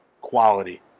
quality